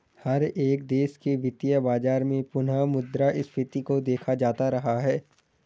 हर एक देश के वित्तीय बाजार में पुनः मुद्रा स्फीती को देखा जाता रहा है